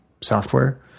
software